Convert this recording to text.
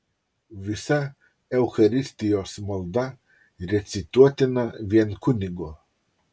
visa eucharistijos malda recituotina vien kunigo